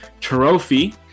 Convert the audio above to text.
trophy